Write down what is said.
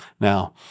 Now